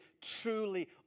truly